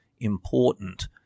important